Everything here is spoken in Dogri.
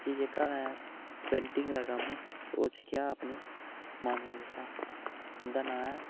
कि जेह्का में पेटिंग दा कम्म ओह् सिक्खेआ अपने मामे कशा उं'दा नांऽ ऐ